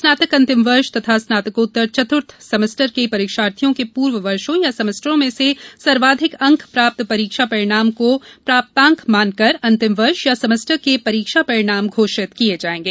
स्नातक अंतिम वर्ष तथा स्नातकोत्तर चतुर्थ सेमेस्टर के परीक्षार्थियों के पूर्व वर्षों या सेमेस्टर्स में से सर्वाधिक अंक प्राप्त परीक्षा परिणाम को प्राप्तांक मानकर अंतिम वर्ष या सेमेस्टर के परीक्षा परिणाम घोषित किए जाएंगे